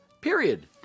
period